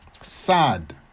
sad